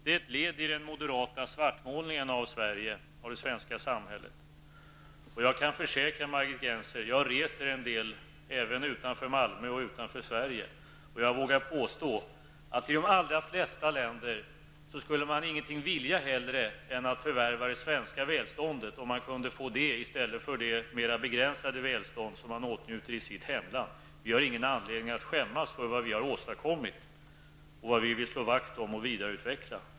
Det är ett led i den moderata svartmålningen av Sverige och det svenska samhället. Jag kan försäkra Margit Gennser att jag reser en del även utanför Malmö och Sverige, och jag vågar påstå att man i de allra flesta länder skulle ingenting hellre vilja än att förvärva det svenska välståndet, om man kunde få det i stället för det mera begränsade välstånd som man åtnjuter i sitt hemland. Vi har ingen anledning att skämmas över vad vi har åstadkommit, det vi vill slå vakt om och vidareutveckla.